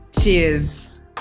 cheers